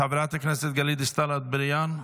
חברת הכנסת גלית דיסטל אטבריאן,